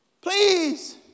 please